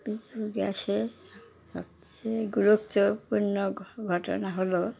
পৃথিবীর ইতিহাসে সবচেয়ে গুরুত্বপূর্ণ ঘটনা হলো